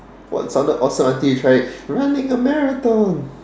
what sounded awesome until you tried it running a marathon